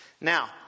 Now